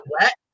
wet